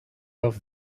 off